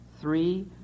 three